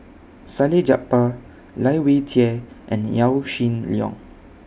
Salleh Japar Lai Weijie and Yaw Shin Leong